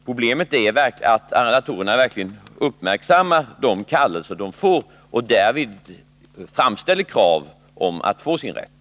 Problemet gäller att arrendatorerna verkligen skall uppmärksamma de kallelser som de får och framställa krav om att få sin rätt.